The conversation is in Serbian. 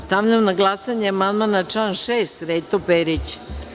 Stavljam na glasanje amandman na član 6. Srete Perića.